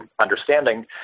understanding